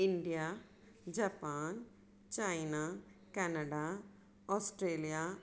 India Japan China Canada Australia